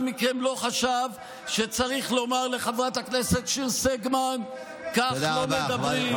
אף אחד מכם לא חשב שצריך לומר לחברת הכנסת שיר סגמן: כך לא מדברים,